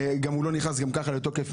ממילא הוא לא נכנס מייד לתוקף.